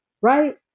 right